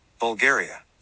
Bulgaria